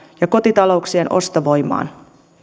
ja kotitalouksien ostovoimaan